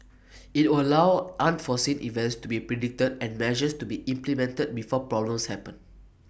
IT will allow unforeseen events to be predicted and measures to be implemented before problems happen